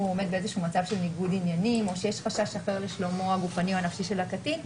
עומד במצב של ניגוד עניינים או חשש אחר לשלומו הגופני או הנפשי של הקטין.